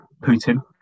Putin